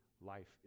life